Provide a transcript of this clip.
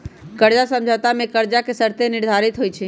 कर्जा समझौता में कर्जा के शर्तें निर्धारित होइ छइ